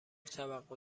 توقع